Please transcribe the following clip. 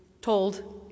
told